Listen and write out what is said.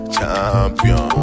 Champion